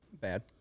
Bad